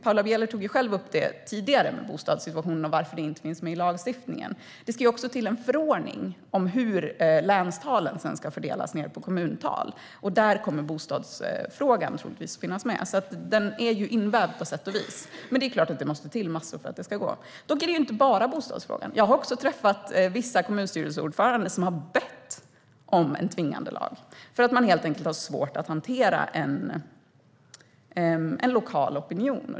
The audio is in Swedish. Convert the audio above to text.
Paula Bieler tog själv upp bostadssituationen och varför den inte finns med i lagstiftningen. Det ska ju också till en förordning om hur länstalen ska fördelas nere på kommunnivå. Där kommer bostadsfrågan troligtvis att finnas med, så den är på sätt och vis invävd. Men det är klart att det måste till massor för att det ska gå. Dock handlar det inte bara om bostadsfrågan. Jag har träffat vissa kommunstyrelseordförande som har bett om en tvingande lag eftersom man helt enkelt har svårt att hantera en lokal opinion.